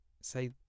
say